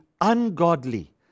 ungodly